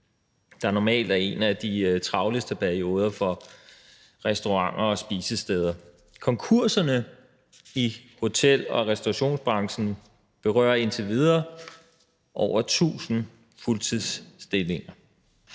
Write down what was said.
der normalt er en af de travleste perioder for restauranter og spisesteder. Konkurserne i hotel- og restaurationsbranchen berører indtil videre over 1.000 fuldtidsstillinger.